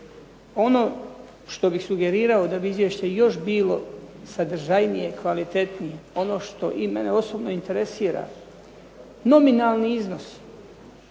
ono što bi sugerirao da bi izvješće još bilo sadržajnije, kvalitetnije, ono što i mene osobno interesira nominalni iznos.